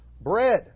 bread